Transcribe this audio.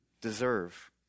deserve